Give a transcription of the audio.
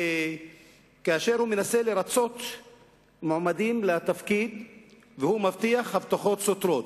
וכאשר הוא מנסה לרצות מועמדים לתפקיד הוא מבטיח הבטחות סותרות.